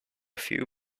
few